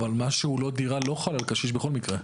אבל מה שהוא לא דירה, לאחל על קשיש בכל מקרה.